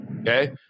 Okay